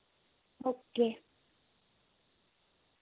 okay